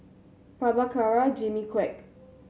Prabhakara Jimmy Quek